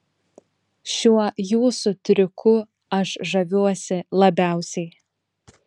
šiuo jūsų triuku aš žaviuosi labiausiai